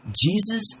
Jesus